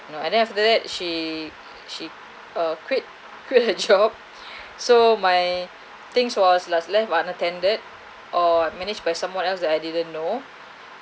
you know and then after that she she uh quit quit her job so my things was was left unattended or managed by someone else that I didn't know